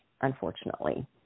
unfortunately